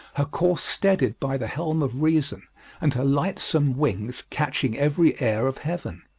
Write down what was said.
her course steadied by the helm of reason and her lightsome wings catching every air of heaven.